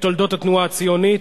בתולדות התנועה הציונית,